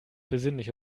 besinnlich